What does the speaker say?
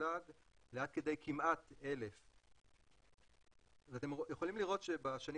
אשלג לעד כדי כמעט 1,000. אתם יכולים לראות שבשנים